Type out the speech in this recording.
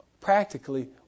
practically